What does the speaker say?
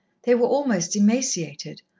they were almost emaciated,